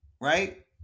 right